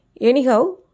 Anyhow